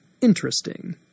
interesting